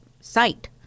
site